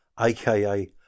aka